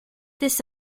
this